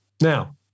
Now